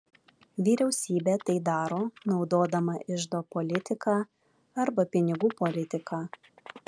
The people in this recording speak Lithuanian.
vyriausybė tai daro naudodama iždo politiką arba pinigų politiką